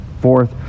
fourth